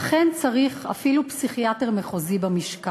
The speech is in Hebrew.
אכן צריך אפילו פסיכיאטר מחוזי במשכן.